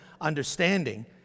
understanding